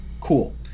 Cool